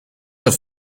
have